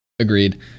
agreed